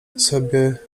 sobie